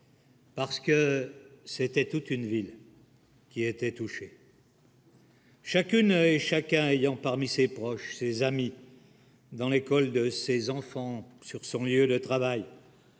Parce que c'était toute une vie. Qui était touché. Chacune et chacun ayant parmi ses proches, ses amis dans l'école de ses enfants sur son lieu de travail.